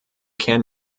kern